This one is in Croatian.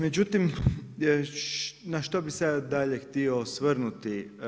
Međutim na što bi se ja dalje htio osvrnuti.